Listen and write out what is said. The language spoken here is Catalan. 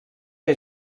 que